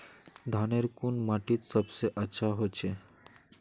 धानेर कुन माटित सबसे अच्छा होचे?